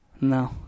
no